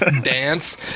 dance